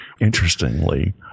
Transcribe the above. interestingly